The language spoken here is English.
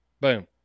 Boom